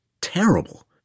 terrible